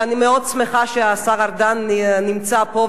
אני מאוד שמחה שהשר ארדן נמצא פה,